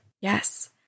yes